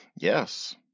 Yes